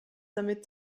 damit